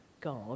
God